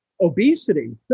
obesity